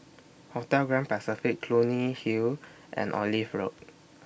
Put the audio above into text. Hotel Grand Pacific Clunny Hill and Olive Road